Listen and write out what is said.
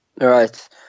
Right